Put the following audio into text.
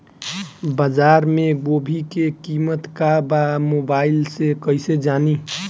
बाजार में गोभी के कीमत का बा मोबाइल से कइसे जानी?